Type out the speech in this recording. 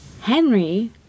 Henry